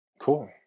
Cool